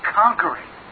conquering